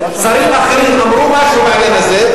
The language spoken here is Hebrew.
שרים אחרים אמרו משהו בעניין הזה.